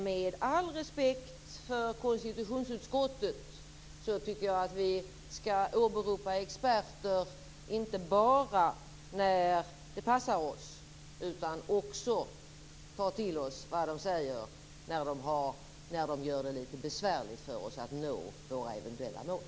Med all respekt för konstitutionsutskottet tycker jag att vi inte bara bör åberopa experter när det passar oss utan också ta till oss vad de säger när de gör det litet besvärligt för oss att nå våra eventuella mål.